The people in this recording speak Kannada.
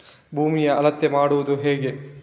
ಭೂಮಿಯ ಅಳತೆ ಮಾಡುವುದು ಹೇಗೆ?